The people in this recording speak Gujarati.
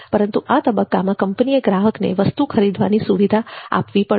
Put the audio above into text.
પરંતુ આ તબક્કામાં કંપનીએ ગ્રાહકને વસ્તુ ખરીદવાની સુવિધા આપવી પડશે